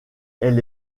elle